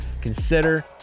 consider